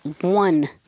one